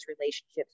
relationships